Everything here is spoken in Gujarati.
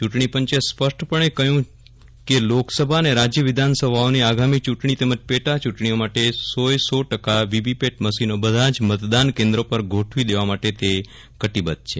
ચૂંટણીપંચે સ્પષ્ટપણે કહ્યું કેલોકસભા અને રાજય વિધાનસભાઓની આગામી ચૂંટણી તેમજ પેટાચૂંટણીઓ માટે સો એ સો ટકા વિવિપેટ મશીનો બધા જ મતદાન કેન્દ્રો પર ગોઠવી દેવા માટે તે કટિબદ્ધ છે